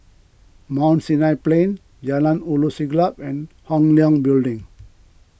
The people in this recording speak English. Mount Sinai Plain Jalan Ulu Siglap and Hong Leong Building